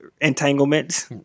entanglement